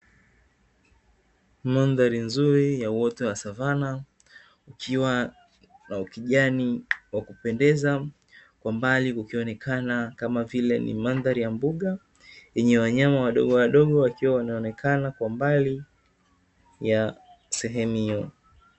Mandhari nzuri ya uoto wa savana, kukiwa na ukijani wa kupendeza. Kwa mbali kukionekana Kama vile ni Mandhari ya mbuga yenye wanyama wadogo wadogo wakiwa wanaonekana kwa mbali ya sehemu hiyo.